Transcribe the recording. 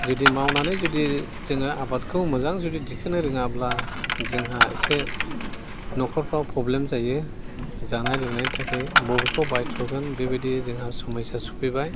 जुदि मावनानै जुदि जोङो आबादखौ मोजां जुदि दिखोनो रोङाब्ला जोंहा एसे न'खरफ्राव प्रब्लेम जायो जानाय लोंनायनि थाखाय बबेखौ बायथ्रगोन बेबादि जोंहा समयसा सफैबाय